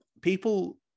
people